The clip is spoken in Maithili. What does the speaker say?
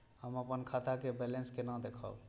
हम अपन खाता के बैलेंस केना देखब?